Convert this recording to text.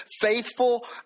faithful